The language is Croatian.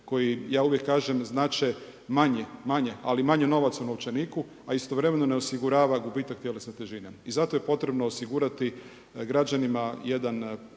koji uvijek znače manje, ali manje novaca u novčaniku a istovremeno ne osigurava gubitak tjelesne težine. I zato je potrebno osigurati građanima jedan